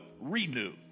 renew